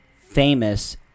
famous